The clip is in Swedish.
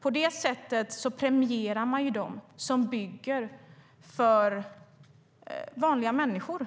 På det sättet premierar man dem som bygger för vanliga människor.